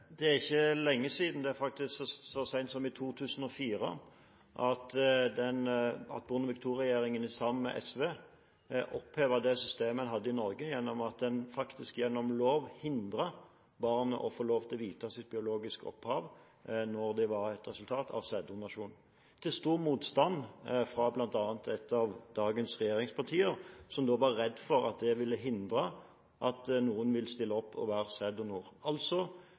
som i 2004, at Bondevik II-regjeringen, sammen med SV, opphevet det systemet en hadde i Norge med at en faktisk gjennom lov hindret barn i å få vite sitt biologiske opphav når de var et resultat av sæddonasjon – til stor motstand fra bl.a. et av dagens regjeringspartier, som var redd for at det da ville hindre at noen ville stille opp og være sæddonor. Retten til å bli foreldre ble altså